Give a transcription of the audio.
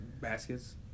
Baskets